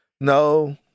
No